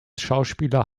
schauspieler